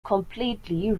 completely